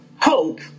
hope